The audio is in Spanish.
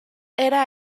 era